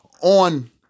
on